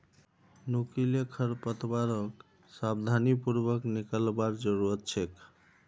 नुकीले खरपतवारक सावधानी पूर्वक निकलवार जरूरत छेक